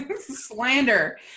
slander